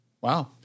Wow